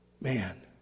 Man